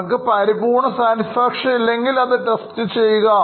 നിങ്ങൾക്ക് പരിപൂർണ്ണ സാറ്റിസ്ഫാക്ഷൻ ഇല്ലെങ്കിൽ അത് ടെസ്റ്റ് ചെയ്യുക